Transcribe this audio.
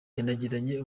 yanagiranye